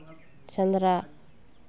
ᱥᱮᱸᱫᱽᱨᱟ